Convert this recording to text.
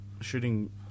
shooting